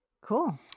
Cool